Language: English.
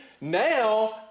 now